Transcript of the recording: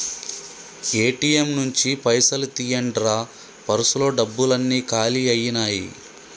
ATM నుంచి పైసలు తీయండ్రా పర్సులో డబ్బులన్నీ కాలి అయ్యినాయి